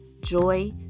joy